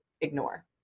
ignore